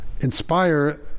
inspire